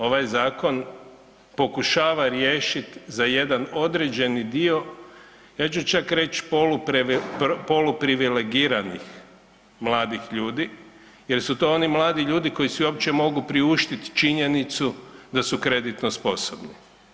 Ovaj zakon pokušava riješiti za jedan određeni dio, ja ću čak reći, poluprivilegiranih mladih ljudi jer su to oni mladi ljudi koji si uopće mogu priuštiti činjenicu da su kreditno sposobni.